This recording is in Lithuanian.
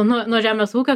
nu nuo žemės ūkio